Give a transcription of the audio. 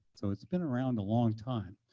so it's been around a long time.